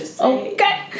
Okay